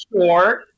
short